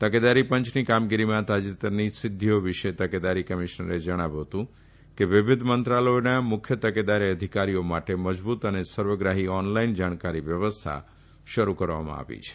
તકેદારી પંચની કામગીરીમાં તાજેતરની સીધ્ધીઓ વિશે તકેદારી કમિશ્નરે જણાવ્યું હતું કે વિવિધ મંત્રાલયોના મુખ્ય તકેદારી અધિકારીઓ માટે મજબુત અને સર્વગ્રાફી ઓનલાઇન જાણકારી વ્યવસ્થા શરૂ કરવામાં આવી છે